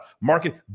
Market